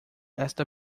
esta